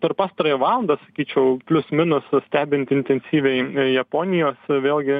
per pastarąją valandą sakyčiau plius minus stebint intensyviai japonijos vėlgi